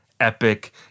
epic